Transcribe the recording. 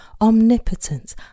omnipotent